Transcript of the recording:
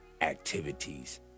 activities